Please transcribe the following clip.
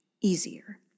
easier